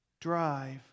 drive